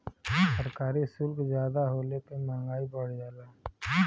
सरकारी सुल्क जादा होले पे मंहगाई बढ़ जाला